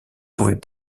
pouvait